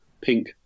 pink